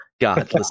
God